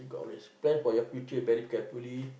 because plan for your future very carefully